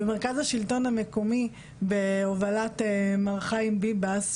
במרכז השלטון המקומי בהובלת מר חיים ביבס,